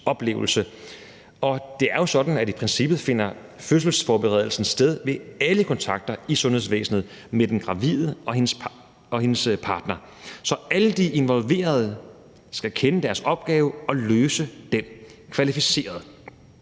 det er jo sådan, at i princippet finder fødselsforberedelsen sted ved alle kontakter i sundhedsvæsenet med den gravide og hendes partner. Så alle de involverede skal kende deres opgave og løse den kvalificeret.